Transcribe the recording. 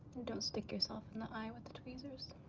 don't stick yourself in the eye with the tweezers.